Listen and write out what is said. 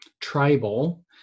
tribal